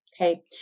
okay